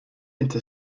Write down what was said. into